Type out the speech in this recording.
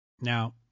Now